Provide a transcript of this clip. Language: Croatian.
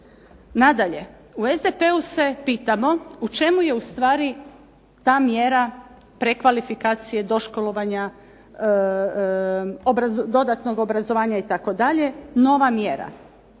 Nadalje, u SDP-u se pitamo u čemu je ustvari ta mjera prekvalifikacija, doškolovanja, dodatnog obrazovanja itd. nova mjera.